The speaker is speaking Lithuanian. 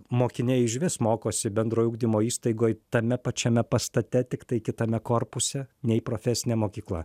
mokiniai išvis mokosi bendrojo ugdymo įstaigoj tame pačiame pastate tiktai kitame korpuse nei profesinė mokykla